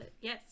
yes